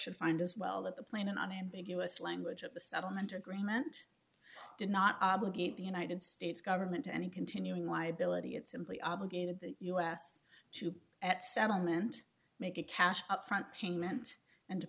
should find as well that the plain and unambiguous language of the settlement agreement did not obligate the united states government to any continuing liability it simply obligated the us to at settlement make a cash upfront payment and